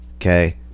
Okay